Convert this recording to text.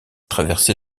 traverser